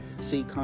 see